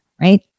right